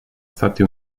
stati